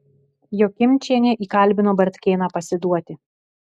jokimčienė įkalbino bartkėną pasiduoti